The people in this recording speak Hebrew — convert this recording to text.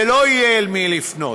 ולא יהיה אל מי לפנות.